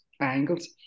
angles